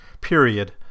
period